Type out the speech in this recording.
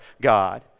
God